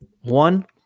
One